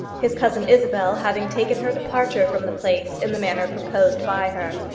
his cousin isabel having taken her departure from the place in the manner proposed by her.